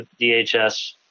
DHS